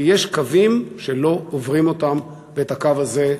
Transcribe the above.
כי יש קווים שלא עוברים אותם, ואת הקו הזה חציתם.